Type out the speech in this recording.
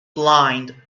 blind